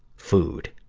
food.